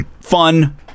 fun